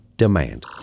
demand